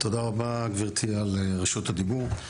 תודה רבה, גברתי, על רשות הדיבור.